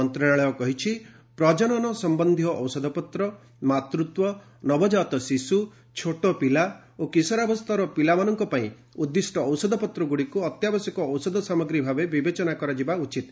ମନ୍ତ୍ରଣାଳୟ କହିଛି ପ୍ରକନନ ସମ୍ବନ୍ଧୀୟ ଔଷଧପତ୍ର ମାତୃତ୍ୱ ନବଜାତ ଶିଶ୍ର ଛୋଟ ପିଲା ଓ କିଶୋରାବସ୍ଥାର ପିଲାମାନଙ୍କ ପାଇଁ ଉଦ୍ଦିଷ୍ଟ ଔଷଧପତ୍ରଗୁଡ଼ିକୁ ଅତ୍ୟାବଶ୍ୟକ ଔଷଧ ସାମଗ୍ରୀ ଭାବେ ବିବେଚନା କରାଯିବା ଉଚିତ୍